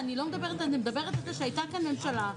לא, אני אומרת, אני מדברת על זה שהייתה כאן ממשלה.